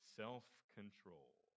self-control